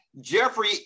Jeffrey